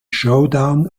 showdown